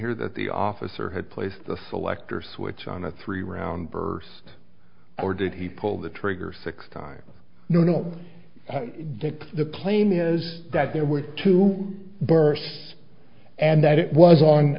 here that the officer had placed the selector switch on a three round burst or did he pull the trigger six times you know that the plane is that there were two bursts and that it was on